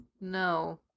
No